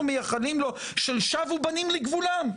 מייחלים לו של "שבו בנים לגבולם".